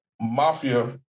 Mafia